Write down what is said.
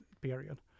period